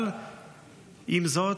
אבל עם זאת,